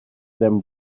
them